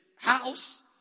house